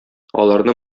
аларны